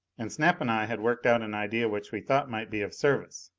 and snap and i had worked out an idea which we thought might be of service.